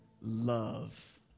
love